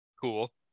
cool